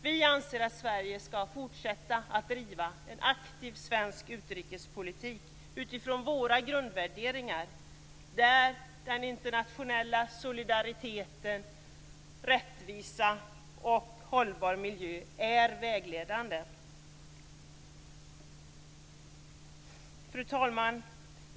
Vi anser att Sverige skall fortsätta att driva en aktiv svensk utrikespolitik utifrån våra grundvärderingar där den internationella solidariteten, rättvisan och den hållbara miljön är vägledande. Fru talman!